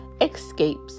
Escapes